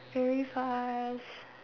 very fast